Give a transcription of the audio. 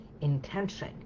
intention